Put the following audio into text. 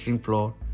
floor